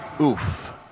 Oof